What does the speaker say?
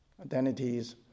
identities